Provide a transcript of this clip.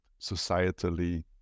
societally